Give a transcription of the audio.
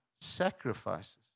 sacrifices